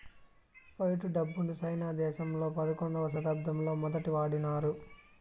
fight డబ్బును సైనా దేశంలో పదకొండవ శతాబ్దంలో మొదటి వాడినారు